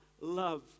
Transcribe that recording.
love